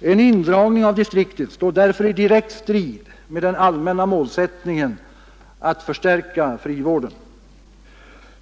En indragning av distriktet står därför i direkt strid med den allmänna målsättningen att förstärka frivården.